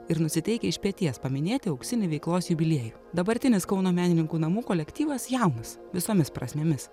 ir nusiteikę iš peties paminėti auksinį veiklos jubiliejų dabartinis kauno menininkų namų kolektyvas jaunas visomis prasmėmis